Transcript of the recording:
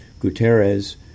Guterres